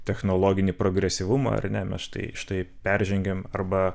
technologinį progresyvumą ar ne mes štai štai peržengiam arba